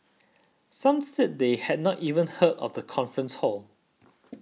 some said they had not even heard of the conference hall